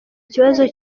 ikibazo